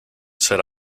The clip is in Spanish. ser